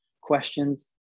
questions